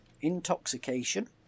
Intoxication